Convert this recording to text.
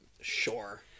sure